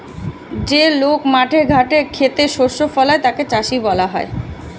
যে লোক মাঠে ঘাটে খেতে শস্য ফলায় তাকে চাষী বলা হয়